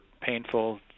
painful